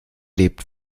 lebt